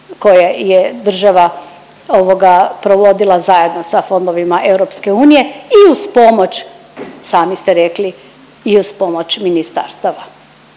koje je država provodila zajedno sa fondovima EU i uz pomoć sami ste rekli i uz pomoć ministarstava,